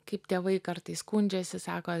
kaip tėvai kartais skundžiasi sako